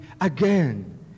again